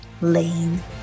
lane